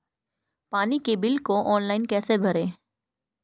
पानी के बिल को ऑनलाइन कैसे भरें?